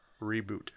reboot